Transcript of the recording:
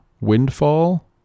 Windfall